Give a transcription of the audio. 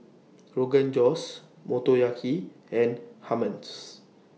Rogan Josh Motoyaki and Hummus